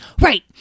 Right